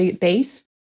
base